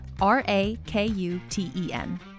R-A-K-U-T-E-N